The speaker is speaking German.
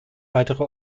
weitere